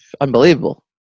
Unbelievable